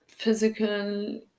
Physical